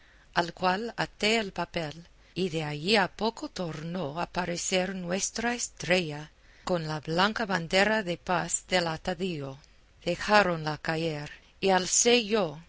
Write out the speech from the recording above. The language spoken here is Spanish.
al cual até el papel y de allí a poco tornó a parecer nuestra estrella con la blanca bandera de paz del atadillo dejáronla caer y alcé